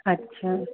अच्छा